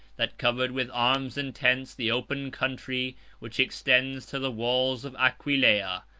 that covered with arms and tents the open country which extends to the walls of aquileia,